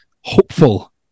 hopeful